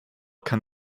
kann